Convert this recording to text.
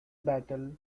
battle